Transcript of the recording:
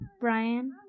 Brian